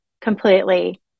completely